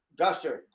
guster